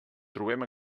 trobem